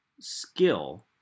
skill